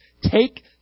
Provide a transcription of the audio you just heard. Take